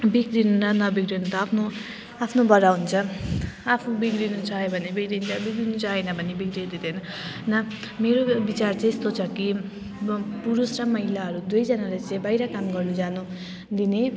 बिग्रिनु नबिग्रिनु त आफ्नो आफ्नोबाट हुन्छ आफू बिग्रिनु चाह्यो भने बिग्रिन्छ बिग्रिनु चाहेन भने बिग्रिँदैन यहाँ मेरो विचार चाहिँ यस्तो छ कि म पुरुष र महिलाहरू दुईजनाले चाहिँ बाहिर काम गर्न जानु दिने